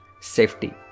safety